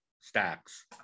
stacks